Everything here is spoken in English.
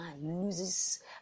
loses